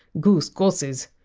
goose! goosiz.